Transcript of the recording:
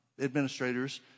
administrators